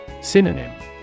Synonym